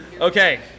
Okay